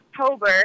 October